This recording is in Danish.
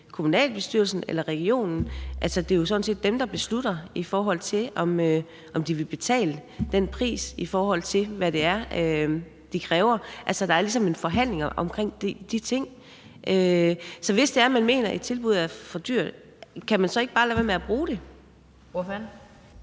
kommunalbestyrelsen eller regionen, der beslutter, om de vil betale den pris i forhold til, hvad det er, de kræver. Der er altså ligesom en forhandling omkring de ting. Så hvis det er, man mener, at et tilbud er for dyrt, kan man så ikke bare lade være med at bruge det?